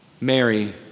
Mary